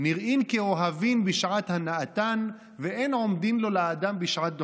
נראים כאוהבים בשעת הנאתן ואין עומדים לו לאדם בשעת דחקו".